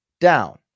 down